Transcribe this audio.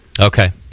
Okay